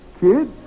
Kid